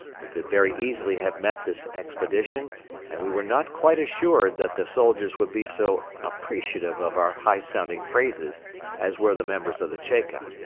we could very easily have met this expedition and we were not quite assured that the soldiers would be so appreciative of our high-sounding phrases as were the members of the cheka.